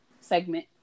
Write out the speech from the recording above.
segment